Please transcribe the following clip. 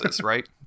right